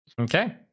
Okay